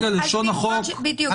בדיוק.